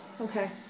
Okay